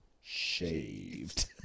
Shaved